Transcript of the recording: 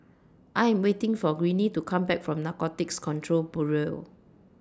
I Am waiting For Greene to Come Back from Narcotics Control Bureau